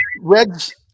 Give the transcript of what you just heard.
Reds